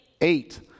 eight